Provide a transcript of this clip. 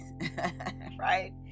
right